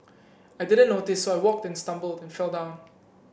I didn't notice so I walked and stumbled and fell down